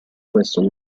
questo